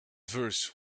verse